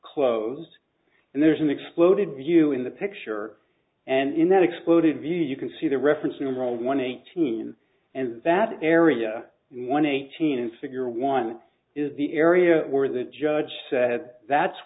close and there's an exploded view in the picture and in that exploded view you can see the reference numeral one eighteen and that area one eighteen and figure one is the area where the judge said that's